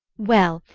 well,